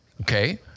okay